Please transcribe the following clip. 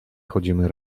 chodzimy